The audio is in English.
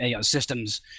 systems